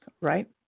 right